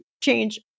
change